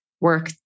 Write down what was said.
work